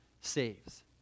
saves